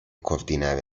coordinare